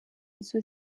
izo